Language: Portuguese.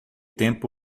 tempo